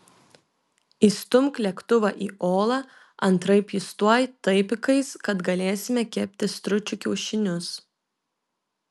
įstumk lėktuvą į olą antraip jis tuoj taip įkais kad galėsime kepti stručių kiaušinius